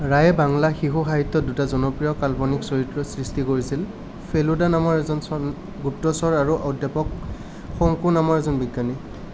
ৰায়ে বাংলা শিশু সাহিত্যত দুটা জনপ্ৰিয় কাল্পনিক চৰিত্ৰ সৃষ্টি কৰিছিল ফেলুডা নামৰ এজন চন গুপ্তচৰ আৰু অধ্যাপক শংকু নামৰ এজন বিজ্ঞানী